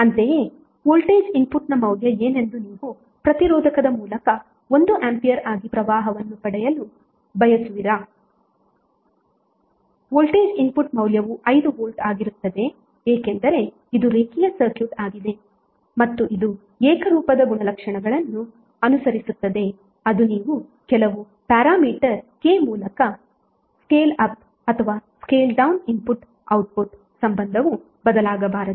ಅಂತೆಯೇ ವೋಲ್ಟೇಜ್ ಇನ್ಪುಟ್ನ ಮೌಲ್ಯ ಏನೆಂದು ನೀವು ಪ್ರತಿರೋಧಕದ ಮೂಲಕ 1 ಆಂಪಿಯರ್ ಆಗಿ ಪ್ರವಾಹವನ್ನು ಪಡೆಯಲು ಬಯಸುವಿರಾ ವೋಲ್ಟೇಜ್ ಇನ್ಪುಟ್ ಮೌಲ್ಯವು 5 ವೋಲ್ಟ್ ಆಗಿರುತ್ತದೆ ಏಕೆಂದರೆ ಇದು ರೇಖೀಯ ಸರ್ಕ್ಯೂಟ್ ಆಗಿದೆ ಮತ್ತು ಇದು ಏಕರೂಪದ ಗುಣಲಕ್ಷಣಗಳನ್ನು ಅನುಸರಿಸುತ್ತದೆ ಅದು ನೀವು ಕೆಲವು ಪ್ಯಾರಾಮೀಟರ್ K ಮೂಲಕ ಸ್ಕೇಲ್ ಅಪ್ ಅಥವಾ ಸ್ಕೇಲ್ ಡೌನ್ ಇನ್ಪುಟ್ ಔಟ್ಪುಟ್ ಸಂಬಂಧವು ಬದಲಾಗಬಾರದು